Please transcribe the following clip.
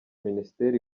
ministere